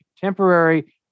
temporary